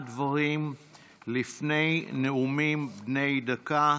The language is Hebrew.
לפני נאומים בני דקה.